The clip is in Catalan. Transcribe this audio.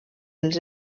els